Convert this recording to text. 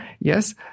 Yes